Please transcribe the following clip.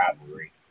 Rivalry